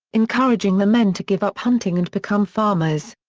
encouraging the men to give up hunting and become farmers.